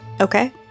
Okay